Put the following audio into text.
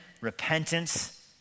repentance